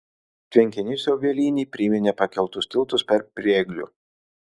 tvenkinys obelynėj priminė pakeltus tiltus per prieglių